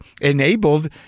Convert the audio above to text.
enabled